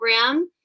program